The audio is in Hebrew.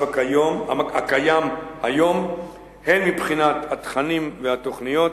הקיים היום הן מבחינת התכנים והתוכניות,